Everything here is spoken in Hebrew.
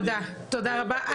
תודה רבה.